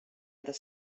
other